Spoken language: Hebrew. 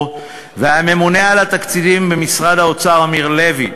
והממונה על התקציבים במשרד האוצר אמיר לוי.